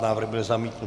Návrh byl zamítnut.